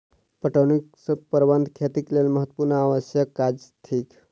पटौनीक प्रबंध खेतीक लेल महत्त्वपूर्ण आ आवश्यक काज थिक